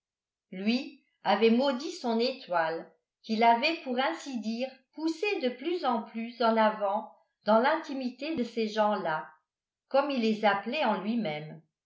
lui avait maudit son étoile qui l'avait pour ainsi dire poussé de plus en plus en avant dans l'intimité de ces gens-là comme il les appelait en lui-même